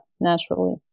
naturally